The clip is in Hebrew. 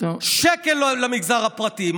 חבר הכנסת, שקל למגזר הפרטי.